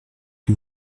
que